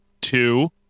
Two